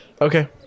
Okay